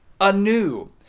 anew